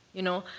you know?